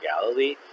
Galilee